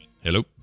Hello